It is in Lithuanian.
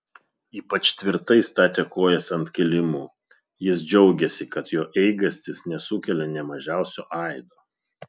ypač tvirtai statė kojas ant kilimų jis džiaugėsi kad jo eigastis nesukelia nė mažiausio aido